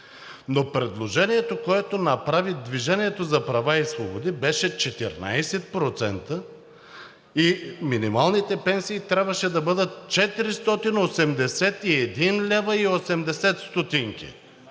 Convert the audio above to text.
Но предложението, което направи „Движение за права и свободи“, беше 14% и минималните пенсии трябваше да бъдат 481,80 лв.